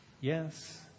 Yes